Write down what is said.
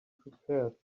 prepared